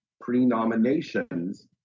pre-nominations